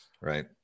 right